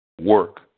work